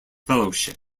fellowship